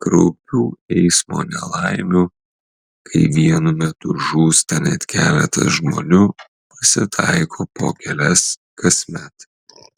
kraupių eismo nelaimių kai vienu metu žūsta net keletas žmonių pasitaiko po kelias kasmet